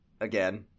again